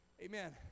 Amen